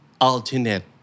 alternate